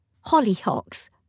Hollyhocks